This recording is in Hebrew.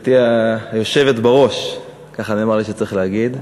גברתי היושבת בראש, ככה נאמר לי שצריך להגיד,